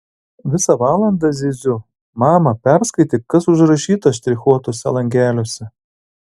visą valandą zyziu mama perskaityk kas užrašyta štrichuotuose langeliuose